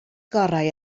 gorau